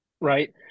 right